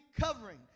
covering